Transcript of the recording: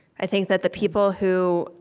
i think that the people who,